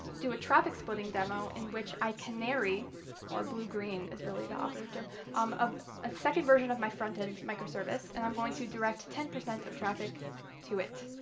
do a traffic splitting demo in which i canary or blue green is really the operative term um of a second version of my front-end microservice. and i'm going to direct ten percent of traffic to it.